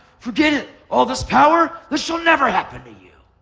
forget it. all this power? this shall never happen to you.